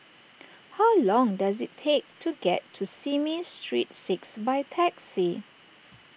how long does it take to get to Simei Street six by taxi